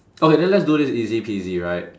okay then let's do this easy peasy right